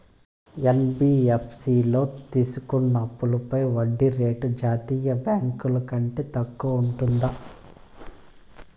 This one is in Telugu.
యన్.బి.యఫ్.సి లో తీసుకున్న అప్పుపై వడ్డీ రేటు జాతీయ బ్యాంకు ల కంటే తక్కువ ఉంటుందా?